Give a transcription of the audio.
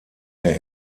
der